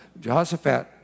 Jehoshaphat